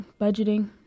budgeting